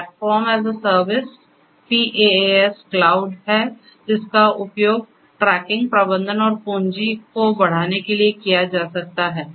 cloud है जिसका उपयोग ट्रैकिंग प्रबंधन और पूंजी को बढ़ाने के लिए किया जा सकता है